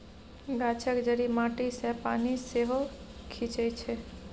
गाछक जड़ि माटी सँ पानि सेहो खीचई छै